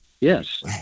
yes